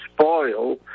spoil